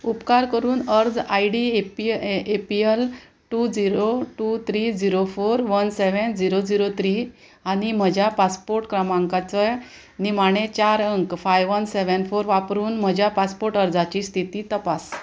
उपकार करून अर्ज I D A P A P L two zero two three zero four one seven zero zero three आनी म्हज्या passport क्रमांकाचो निमाणें चार अंक फायव वन सेवेन फोर वापरून म्हज्या पासपोर्ट अर्जाची स्थिती तपास